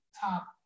top